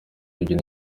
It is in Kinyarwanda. ebyiri